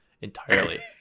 entirely